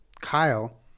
Kyle